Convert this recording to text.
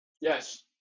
Yes